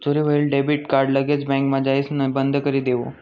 चोरी व्हयेल debit card लगेच बँकमा जाइसण बंदकरी देवो